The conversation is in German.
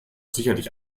sicherlich